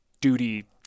duty